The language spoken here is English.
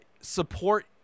support